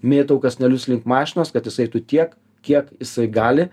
mėtau kąsnelius link mašinos kad jis eitų tiek kiek jisai gali